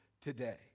today